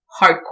Hardcore